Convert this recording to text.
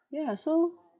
yeah so